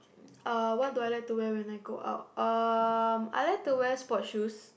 uh what do I like to wear when I go out um I like to wear to wear sport shoes